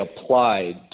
applied